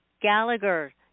Gallagher